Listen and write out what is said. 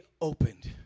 opened